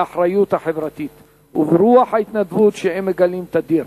באחריות החברתית וברוח ההתנדבות שהם מגלים תדיר,